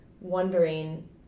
wondering